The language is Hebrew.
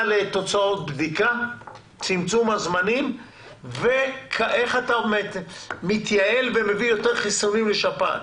לתוצאות בדיקה ואיך אתה מתייעל ומביא יותר חיסונים לשפעת?